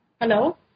Hello